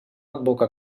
advoca